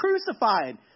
crucified